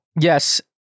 yes